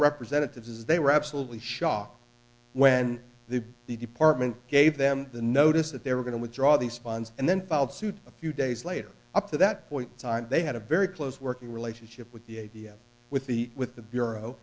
representatives as they were absolutely shocked when the department gave them the notice that they were going to withdraw these funds and then filed suit a few days later up to that point in time they had a very close working relationship with the with the with the bureau